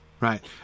Right